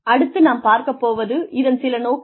அடுத்து நாம் பார்க்கப் போவது இதன் சில நோக்கங்கள்